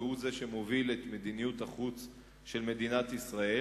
והוא זה שמוביל את מדיניות החוץ של מדינת ישראל.